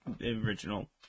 original